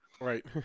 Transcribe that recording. Right